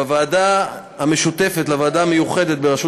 בוועדה המשותפת לוועדה המיוחדת בראשות